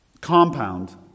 compound